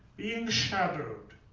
being shadowed.